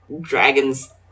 dragons